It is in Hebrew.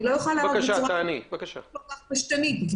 אני לא יכולה לענות בצורה כל כך פשטנית.